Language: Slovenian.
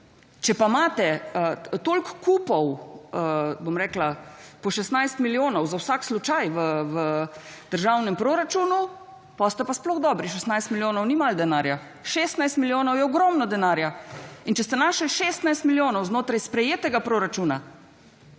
Če pa imate toliko kupov, bom rekla, po 16 milijonov za vsak slučaj v državnem proračunu, potem ste pa sploh dobri. 16 milijonov ni malo denarja, 16 milijonov je ogromno denarja. In če ste našli 16 milijonov znotraj sprejetega proračuna,